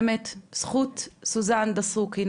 בזכות סוזן דסוקי,